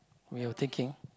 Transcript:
you were thinking